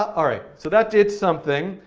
ah alright, so that did something.